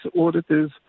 auditors